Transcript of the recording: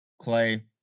Clay